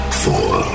four